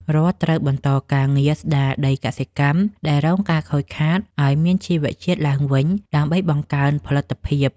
រដ្ឋត្រូវបន្តការងារស្តារដីកសិកម្មដែលរងការខូចខាតឱ្យមានជីវជាតិឡើងវិញដើម្បីបង្កើនផលិតភាព។